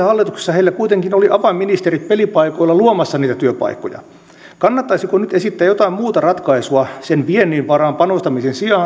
hallituksessa heillä kuitenkin oli avainministerit pelipaikoilla luomassa niitä työpaikkoja kannattaisiko nyt esittää jotain muuta ratkaisua sen viennin varaan panostamisen sijaan